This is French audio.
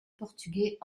portugais